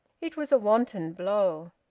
it was a wanton blow.